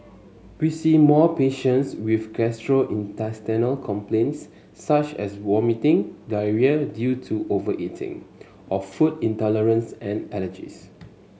we see more patients with gastrointestinal complaints such as vomiting diarrhoea due to overeating or food intolerance and allergies